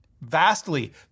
vastly